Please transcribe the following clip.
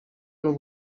n’u